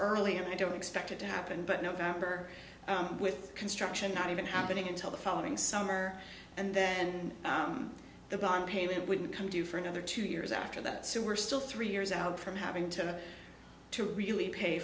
early as i don't expect it to happen but november with construction not even happening until the following summer and then the bond payment wouldn't come due for another two years after that so we're still three years out from having to to really pay